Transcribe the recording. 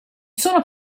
sono